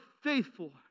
faithful